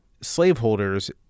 slaveholders